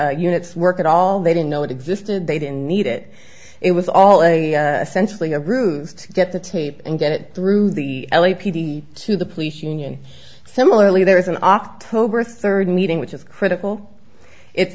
in units work at all they didn't know it existed they didn't need it it was all a essentially a ruse to get the tape and get it through the l a p d to the police union similarly there is an october third meeting which is critical i